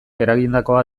eragindakoa